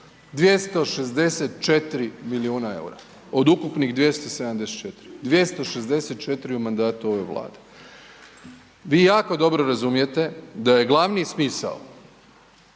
264 milijuna eura od ukupnih 274, 264 u mandatu ove Vlade. Vi jako dobro razumijete da je glavni smisao